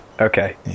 Okay